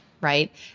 Right